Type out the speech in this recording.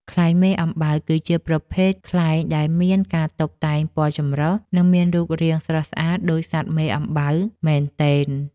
ខ្លែងមេអំបៅ គឺជាប្រភេទខ្លែងដែលមានការតុបតែងពណ៌ចម្រុះ និងមានរូបរាងស្រស់ស្អាតដូចសត្វមេអំបៅមែនទែន។